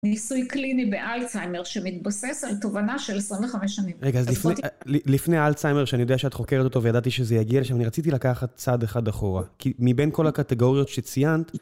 ניסוי קליני באלצהיימר שמתבסס על תובנה של 25 שנים. רגע, אז לפני האלצהיימר, שאני יודע שאת חוקרת אותו וידעתי שזה יגיע לשם, אני רציתי לקחת צעד אחד אחורה. כי מבין כל הקטגוריות שציינת...